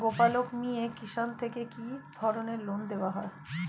গোপালক মিয়ে কিষান থেকে কি ধরনের লোন দেওয়া হয়?